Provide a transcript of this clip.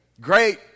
Great